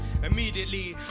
Immediately